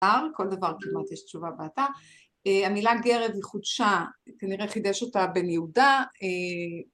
כל דבר כמעט יש תשובה באתר. המילה גרב היא חודשה, כנראה חידש אותה בן יהודה